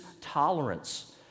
tolerance